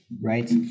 right